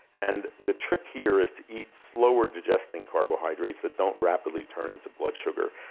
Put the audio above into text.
and the trick here is to eat slower-digesting carbohydrates that don't rapidly turn into blood sugar.